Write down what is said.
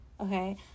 okay